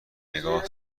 نگاه